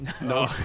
No